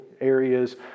areas